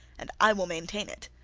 and i will maintain it.